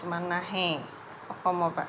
কিছুমান নাহেই অসমৰ পৰা